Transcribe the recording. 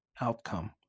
outcome